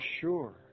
sure